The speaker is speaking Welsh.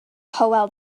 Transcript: hywel